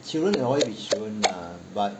children will always be children lah but